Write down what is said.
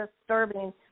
disturbing